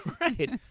right